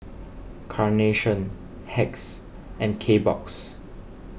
Carnation Hacks and Kbox